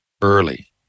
early